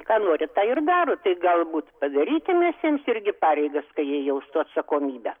ką nori tą ir daro tai galbūt padarykim mes jiems irgi pareigas jie jaustų atsakomybę